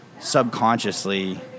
subconsciously